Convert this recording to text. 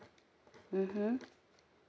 mmhmm